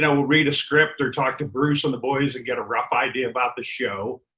so we'll read a script or talk to bruce and the boys and get a rough idea about the show,